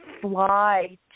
fly